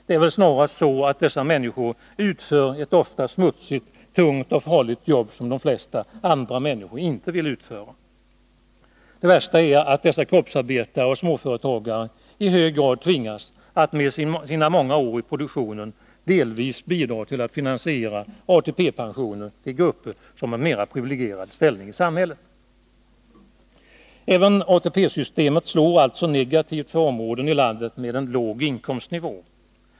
Det är väl snarast så att de utför ett ofta smutsigt, tungt och farligt jobb, som de flesta andra inte vill utföra. Det värsta är att dessa kroppsarbetare och småföretagare i hög grad tvingas att med sina många år i produktionen bidra till att finansiera ATP-pensioner till grupper som har en privilegierad ställning i samhället. Även ATP-systemet slår alltså negativt för områden i landet med en låg inkomstnivå.